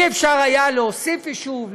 לא היה אפשר להוסיף יישוב,